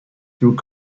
through